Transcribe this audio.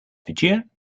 fijian